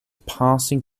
passing